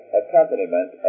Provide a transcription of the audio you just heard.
accompaniment